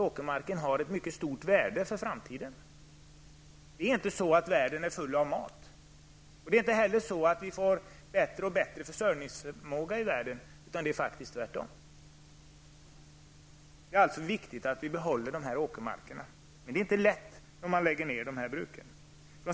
Åkermarken har ett mycket stort värde för framtiden. Det är inte så att världen är full av mat. Det är inte heller så att vi får bättre och bättre försörjningsförmåga i världen, utan det är faktiskt tvärtom. Det är viktigt at vi behåller åkermarkerna. Det blir inte lätt om man lägger ner dessa bruk.